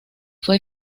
fue